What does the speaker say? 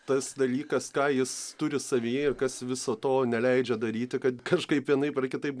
tas dalykas ką jis turi savyje ir kas viso to neleidžia daryti kad kažkaip vienaip ar kitaip